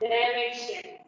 Direction